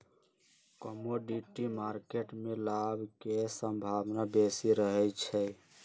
commodity market में लाभ के संभावना बेशी रहइ छै